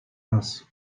raz